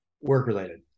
Work-related